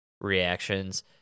reactions